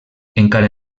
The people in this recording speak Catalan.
encara